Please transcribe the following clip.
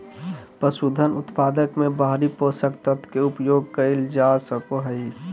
पसूधन उत्पादन मे बाहरी पोषक तत्व के उपयोग कइल जा सको हइ